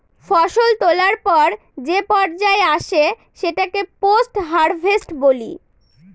ফসল তোলার পর যে পর্যায় আসে সেটাকে পোস্ট হারভেস্ট বলি